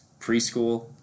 preschool